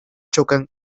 chocan